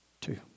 Two